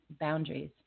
boundaries